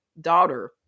daughter